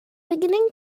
beginning